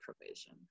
provision